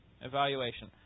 Evaluation